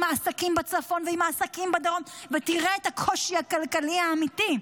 העסקים בצפון ועם העסקים בדרום ותראה את הקושי הכלכלי האמיתי.